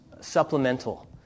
supplemental